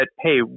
hey